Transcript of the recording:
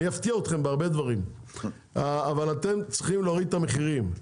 אני אפתיע אתכם בעוד הרבה דברים אבל אתם צריכים להוריד את המחירים,